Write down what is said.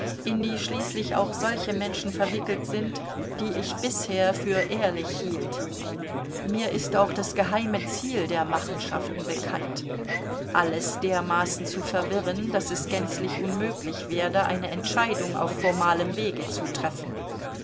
in die schließlich auch solche menschen verwickelt sind die ich bisher für ehrlich hielt mir ist auch das geheime ziel der machenschaften bekannt alles dermaßen zu verwirren daß es gänzlich unmöglich werde eine entscheidung auf formalem wege zu treffen